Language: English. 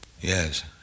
Yes